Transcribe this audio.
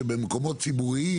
שכשאתה נכנס למקומות ציבוריים,